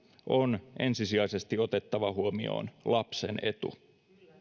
on ensisijaisesti otettava huomioon lapsen etu